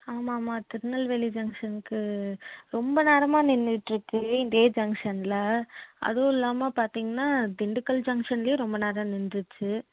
ஆமாம்மா திருநெல்வேலி ஜங்ஷனுக்கு ரொம்ப நேரமாக நின்றுட்டு இருக்குது இதே ஜங்ஷனில் அதுவும் இல்லாமல் பார்த்தீங்கனா திண்டுக்கல் ஜங்ஷன்லேயே ரொம்ப நேரம் நின்றுச்சு